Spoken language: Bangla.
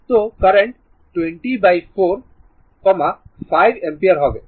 তো কারেন্ট 204 5 অ্যাম্পিয়ার হবে